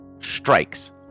strikes